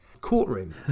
courtroom